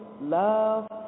love